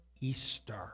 Easter